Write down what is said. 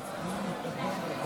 מצטט אותו: